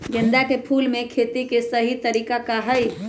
गेंदा के फूल के खेती के सही तरीका का हाई?